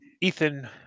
Ethan